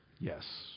yes